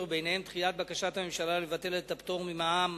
וביניהן דחיית בקשת הממשלה לבטל את הפטור ממע"מ